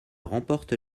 remporte